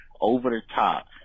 over-the-top